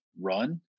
run